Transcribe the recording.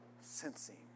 sensing